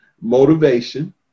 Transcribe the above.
Motivation